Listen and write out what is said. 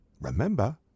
Remember